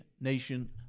nation